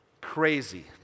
Crazy